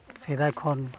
ᱥᱮᱫᱟᱭ ᱠᱷᱚᱱ